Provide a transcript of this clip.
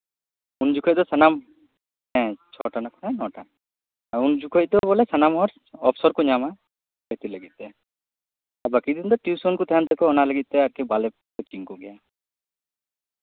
ᱩᱱ ᱡᱚᱠᱷᱚᱡ ᱫᱚ ᱥᱟᱱᱟᱢ ᱪᱷᱚᱴᱟ ᱠᱷᱚᱱ ᱱᱚᱴᱟ ᱩᱱ ᱡᱚᱠᱷᱚᱡ ᱫᱚ ᱵᱚᱞᱮ ᱥᱟᱱᱟᱢ ᱦᱚᱲ ᱚᱵᱥᱚᱨ ᱠᱚ ᱧᱟᱢᱟ ᱜᱟᱛᱮᱜ ᱞᱟᱹᱜᱤᱫ ᱛᱮ ᱵᱟᱹᱠᱤ ᱫᱤᱱ ᱫᱚ ᱴᱤᱭᱩᱥᱚᱱ ᱠᱚ ᱛᱟᱦᱮᱱ ᱛᱟᱠᱚᱣᱟ ᱚᱱᱟ ᱞᱟᱹᱜᱤᱫ ᱛᱮ ᱵᱟᱞᱮ ᱠᱳᱪᱤᱝ ᱠᱚᱜᱮᱭᱟ